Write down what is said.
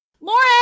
Lauren